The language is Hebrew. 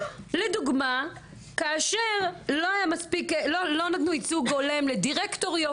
לדוגמה כאשר לא נתנו ייצוג הולם לדירקטוריות,